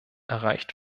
erreicht